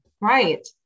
Right